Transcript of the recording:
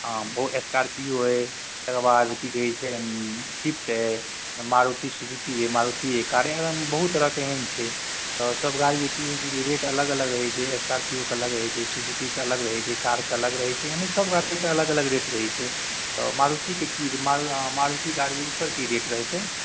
बहुत स्कॉर्पिओ अइ तकर बाद कि कहै छै स्विफ्ट अइ मारुति सुजुकी अइ मारुति अइ कारेमे बहुत तरहके एहन छै तऽ सब गाड़ी कि होइ छै कि रेट अलग अलग रहै छै स्कॉर्पिओके अलग रहै छै सुजुकीके अलग रहै छै कारके अलग रहै छै एनाहि सब गाड़ीके अलग अलग रेट रहै छै तऽ मारुतिके कि मारुति गाड़ी ओकर कि रेट रहतै